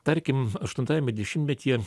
tarkim aštuntajame dešimtmetyje